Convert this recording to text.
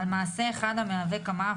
השאלה אם הכוונה אצלכם בוודאות קרובה זה